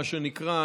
מה שנקרא,